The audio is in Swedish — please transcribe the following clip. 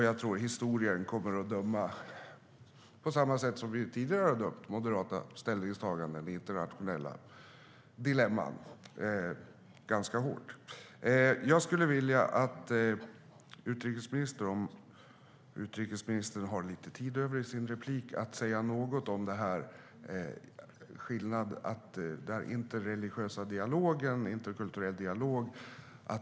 Jag tror att historien kommer att döma på samma sätt som man tidigare har dömt moderata ställningstaganden i internationella dilemman - ganska hårt. Jag skulle vilja att utrikesministern, om hon har lite tid över i sitt inlägg, säger något om den interreligiösa och interkulturella dialogen.